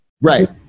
Right